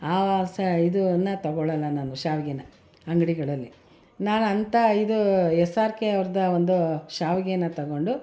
ಆ ಸ ಇದನ್ನು ತೊಗೊಳ್ಳೋಲ್ಲ ನಾನು ಶಾವಿಗೆನ ಅಂಗಡಿಗಳಲ್ಲಿ ನಾನು ಅಂತ ಇದು ಎಸ್ ಆರ್ ಕೆ ಅವ್ರ್ದು ಒಂದು ಶಾವಿಗೆನ ತೊಗೊಂಡು